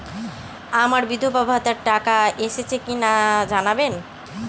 আমার বিধবাভাতার টাকা এসেছে কিনা জানাবেন?